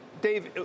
Dave